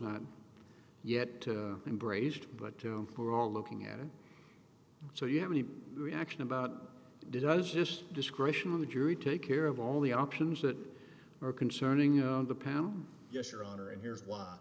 not yet been braised but we're all looking at it so you have any reaction about did i was just description of the jury take care of all the options that are concerning the power yes your honor and here's why